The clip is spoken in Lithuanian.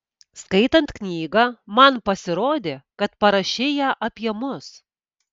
skaitant knygą man pasirodė kad parašei ją apie mus